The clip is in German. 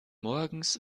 morgens